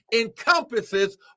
encompasses